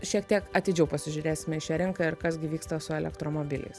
šiek tiek atidžiau pasižiūrėsime į šią rinką ir kas gi vyksta su elektromobiliais